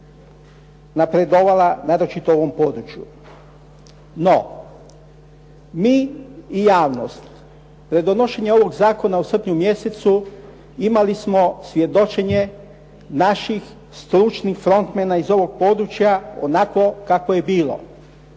napredovala naročito u ovom području. No, mi i javnost pred donošenje ovog zakona u srpnju mjesecu imali smo svjedočenje naših stručnih frontmena iz ovog područja onako kako je bilo.